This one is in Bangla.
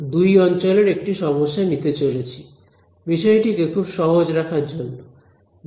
সুতরাং আমরা দুই অঞ্চলের একটি সমস্যা নিতে চলেছি বিষয়টিকে খুব সহজ রাখার জন্য